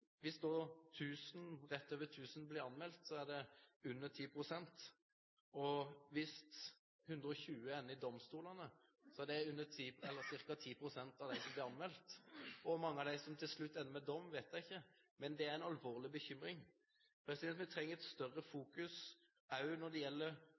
over 1 000 blir anmeldt, er det under 10 pst., og hvis 120 ender i domstolene, er det ca. 10 pst. av dem som blir anmeldt. Hvor mange av dem som til slutt ender med dom, vet jeg ikke, men det er en alvorlig bekymring. Vi trenger også et større